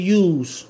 use